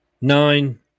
nine